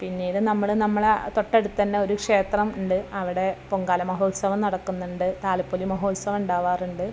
പിന്നീട് നമ്മൾ നമ്മളെ തൊട്ടടുത്തു തന്നെ ഒരു ക്ഷേത്രം ഉണ്ട് അവിടെ പൊങ്കാല മഹോത്സവം നടക്കുന്നുണ്ട് താലപ്പൊലി മഹോത്സവം ഉണ്ടാവാറുണ്ട്